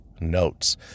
notes